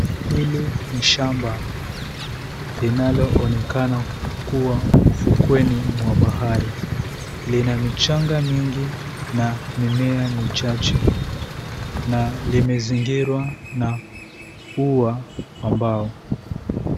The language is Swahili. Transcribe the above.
Hili ni shamba, linaloonekana kuwa ufukweni mwa bahari. Lina michanga mingi na mimea michache na limezingirwa na ua wa mbao.